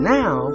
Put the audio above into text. now